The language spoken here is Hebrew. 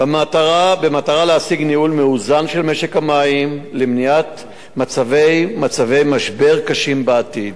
במטרה להשיג ניהול מאוזן של משק המים ולמנוע מצבי משבר קשים בעתיד.